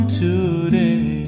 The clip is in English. today